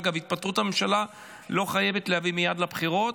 אגב, התפטרות הממשלה לא חייבת להביא מייד לבחירות,